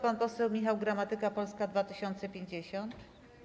Pan poseł Michał Gramatyka, Polska 2050.